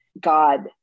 God